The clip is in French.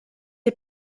les